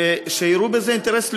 שיראו בזה אינטרס לאומי,